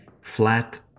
flat